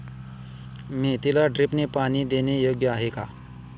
मेथीला ड्रिपने पाणी देणे योग्य आहे का?